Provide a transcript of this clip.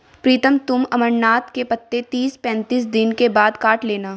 प्रीतम तुम अमरनाथ के पत्ते तीस पैंतीस दिन के बाद काट लेना